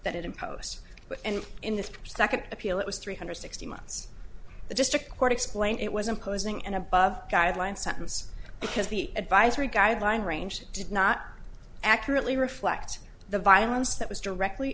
that it imposed but and in the second appeal it was three hundred sixty months the district court explained it wasn't causing an above guideline sentence because the advisory guideline range did not accurately reflect the violence that was directly